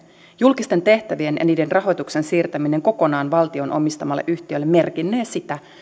julkisten tehtävien ja niiden rahoituksen siirtäminen kokonaan valtion omistamalle yhtiölle merkinnee sitä